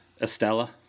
Estella